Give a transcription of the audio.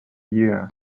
year